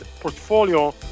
portfolio